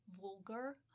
vulgar